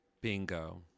Bingo